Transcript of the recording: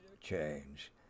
change